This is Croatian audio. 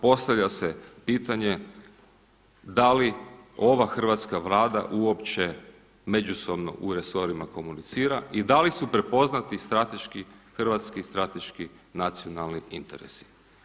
Postavlja se pitanje da li ova hrvatska Vlada uopće međusobno u resorima komunicira i da li su prepoznati strateški, hrvatski strateški nacionalni interesi.